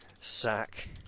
sack